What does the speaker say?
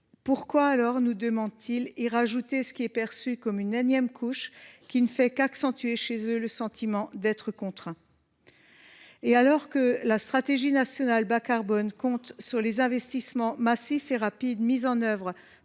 Pourquoi alors, nous demandent ils, ajouter ce qui est perçu comme une énième couche et ne fait qu’accentuer chez eux le sentiment d’être contraints ? Alors que la stratégie nationale bas carbone compte sur les investissements massifs et rapides mis en œuvre par les collectivités, celles